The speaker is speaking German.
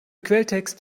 quelltext